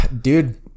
Dude